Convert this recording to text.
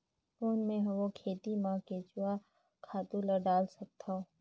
कौन मैं हवे खेती मा केचुआ खातु ला डाल सकत हवो?